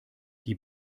die